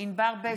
ענבר בזק,